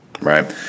Right